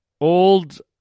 Old